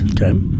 Okay